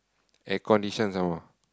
air conditioned some more